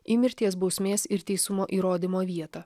į mirties bausmės ir teisumo įrodymo vietą